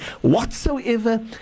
whatsoever